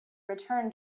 return